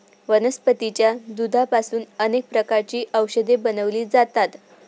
वनस्पतीच्या दुधापासून अनेक प्रकारची औषधे बनवली जातात